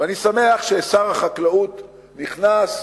אני שמח ששר החקלאות נכנס,